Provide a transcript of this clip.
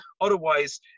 Otherwise